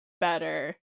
better